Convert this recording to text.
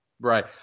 Right